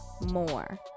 more